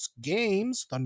games